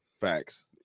facts